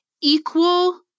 equal